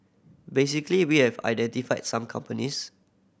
basically we have identified some companies